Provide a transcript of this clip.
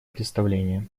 представление